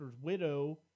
widow